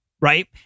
right